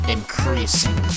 Increasing